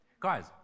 Guys